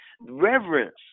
reverence